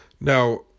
Now